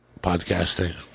podcasting